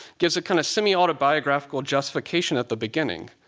gives a kind of semi-autobiographical justification at the beginning.